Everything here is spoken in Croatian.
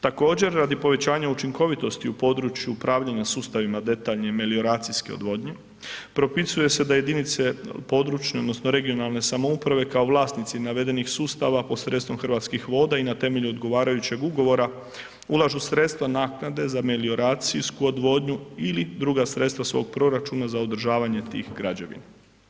Također, radi povećanja učinkovitosti u području upravljanja sustavima detaljne melioracijske odvodnje, propisuje se da jedinice područne odnosno regionalne samouprave kao vlasnici navedenih sustava posredstvom Hrvatskih voda i na temelju odgovarajućeg ugovora, ulažu sredstva naknade za melioracijsku odvodnju ili druga sredstva svog proračuna za održavanje tih građevina.